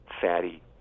fatty